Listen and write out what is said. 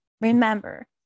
Remember